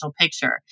picture